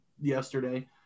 yesterday